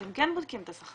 אתם כן בודקים את השכר.